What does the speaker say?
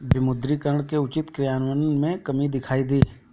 विमुद्रीकरण के उचित क्रियान्वयन में कमी दिखाई दी